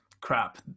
crap